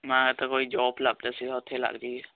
ਮੈਂ ਤਾਂ ਕੋਈ ਜੋਬ ਲੱਗ ਰਿਹਾ ਸੀਗਾ